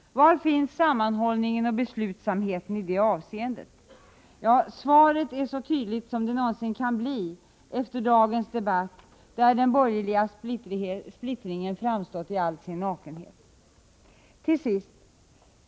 Var finns sammanhållningen och beslutsamheten i det avseendet? Ja, svaret är så tydligt som det någonsin kan bli efter dagens debatt, där den borgerliga splittringen framstått i all sin nakenhet. Till sist.